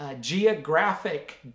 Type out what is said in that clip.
geographic